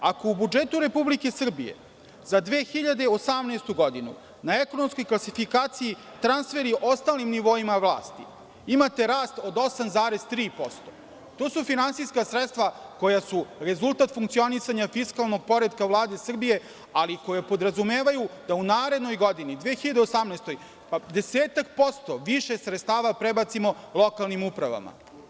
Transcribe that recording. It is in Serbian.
Ako u budžetu Republike Srbije za 2017. godinu na ekonomskoj klasifikaciji transferi ostalim nivoima vlasti imate rast od 8,3% to su finansijska sredstva koja su rezultat funkcionisanja fiskalnog poretka Vlade Srbije, ali koja podrazumevaju da u narednoj godini 2018. godini 10% više sredstava prebacimo lokalnim upravama.